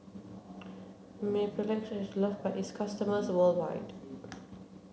Mepilex is loved by its customers worldwide